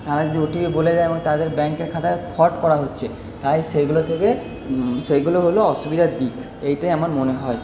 তারা যদি ওটিপি বলে দেয় এবং তাদের ব্যাঙ্কের খাতায় ফ্রড করা হচ্ছে তাই সেগুলো থেকে সেগুলো হল অসুবিধার দিক এইটাই আমার মনে হয়